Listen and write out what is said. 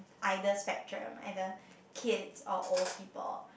either spectrum either kids or old people